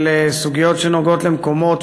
של סוגיות שנוגעות למקומות